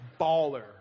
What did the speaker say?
Baller